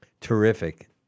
Terrific